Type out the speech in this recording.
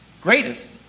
Greatest